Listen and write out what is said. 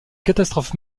catastrophes